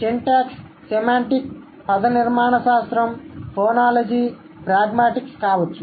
syntax semantic పదనిర్మాణ శాస్త్రం phonology pragmatics కావొచ్చు